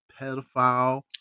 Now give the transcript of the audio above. pedophile